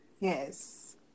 yes